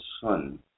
son